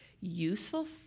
useful